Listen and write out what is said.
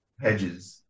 hedges